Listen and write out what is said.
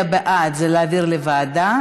שמצביע בעד זה להעביר לוועדה,